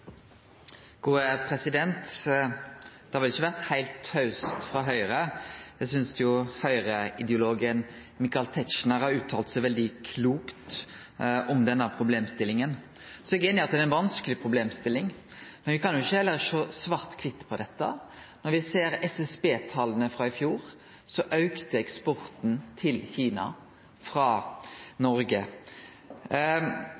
har vel ikkje vore heilt taust frå Høgre. Eg synest Høgre-ideologen Michael Tetzschner har uttalt seg veldig klokt om denne problemstillinga. Eg er einig i at det er ei vanskeleg problemstilling, men me kan heller ikkje sjå heilt svart-kvitt på dette. Når me ser SSB-tala frå i fjor, auka eksporten til Kina frå